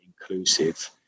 inclusive